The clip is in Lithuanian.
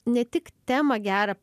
ne tik temą gerą